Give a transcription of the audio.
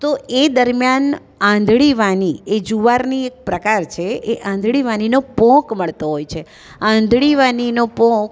તો એ દરમ્યાન આંધળી વાની એ જુવારની એક પ્રકાર છે એ આંધળી વાનીનો પોંક મળતો હોય છે આંધળી વાનીનો પોંક